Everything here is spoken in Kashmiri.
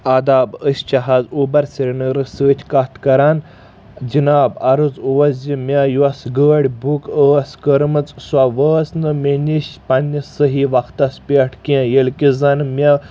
آداب أسۍ چھِ حظ اوٗبر سرینگرس سۭتۍ کتھ کران جناب عرٕض اوس زِ مےٚ یۄس گٲڑۍ بُک ٲس کٔرمٕژ سۄ وٲژ نہٕ مےٚ نِش پننس صحیح وقتس پٮ۪ٹھ کینٛہہ ییٚلہِ کہِ زن مےٚ